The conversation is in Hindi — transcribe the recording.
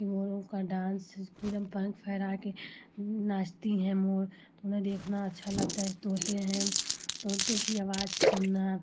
कि मोरों का डांस खुद हम पंख फहरा कर नाचतीं हैं मोर तो उन्हें देखना अच्छा लगता है जैसे तोते हैं तोते की आवाज सुनना